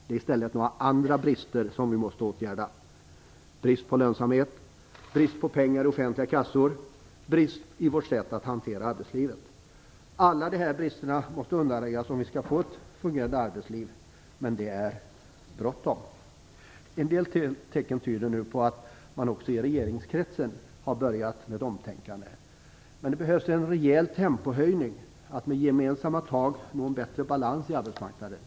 Det är i stället några andra brister som vi måste åtgärda: bristen på lönsamhet, bristen på pengar i offentliga kassor och bristen i fråga om vårt sätt att hantera arbetslivet. Alla dessa brister måste undanröjas för att vi skall få ett fungerande arbetsliv, och det är bråttom. En del tecken tyder nu på att man också i regeringskretsen har börjat tänka om. Det behövs nu en rejäl tempohöjning för att med gemensamma tag nå en bättre balans på arbetsmarknaden.